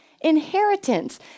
Inheritance